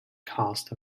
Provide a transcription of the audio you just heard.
cost